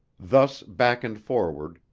thus back and forward,